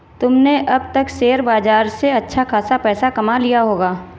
तुमने अब तक शेयर बाजार से अच्छा खासा पैसा कमा लिया होगा